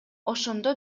ошондо